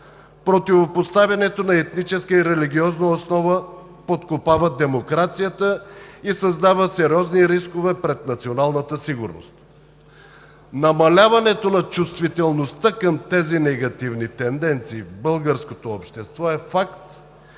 Противопоставянето на етническа и религиозна основа подкопават демокрацията и създават сериозни рискове пред националната сигурност. Намаляването на чувствителността към тези негативни тенденции в българското общество е факт